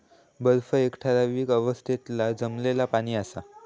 बर्फ एक ठरावीक अवस्थेतला जमलेला पाणि असा